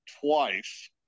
twice